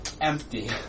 empty